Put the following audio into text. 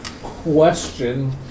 Question